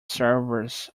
service